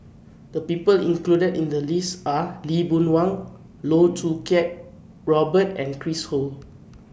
The People included in The list Are Lee Boon Wang Loh Choo Kiat Robert and Chris Ho